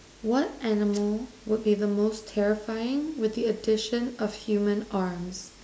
what animal would be the most terrifying with the addition of human arms